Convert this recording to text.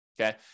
okay